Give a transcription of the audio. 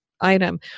item